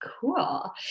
Cool